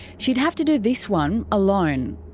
she'd have to do this one alone.